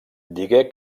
digué